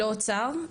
לא אוצר,